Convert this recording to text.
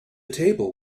table